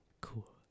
Cool